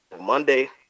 Monday